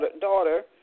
Daughter